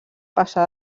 passar